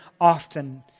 often